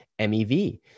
MEV